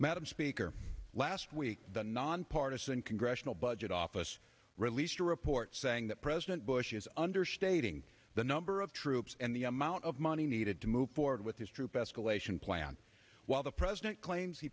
madam speaker last week the nonpartisan congressional budget office released a report saying that president bush is understating the number of troops and the amount of money needed to move forward with his troop escalation plan while the president claims he